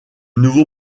nouveau